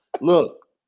Look